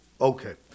Okay